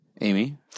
Amy